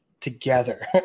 together